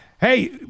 Hey